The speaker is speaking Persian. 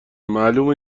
معلوم